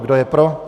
Kdo je pro?